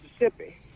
Mississippi